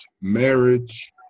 marriage